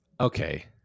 okay